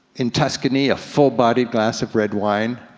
in tuscany a full-bodied glass of red wine.